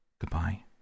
Goodbye